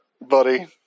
buddy